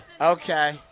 Okay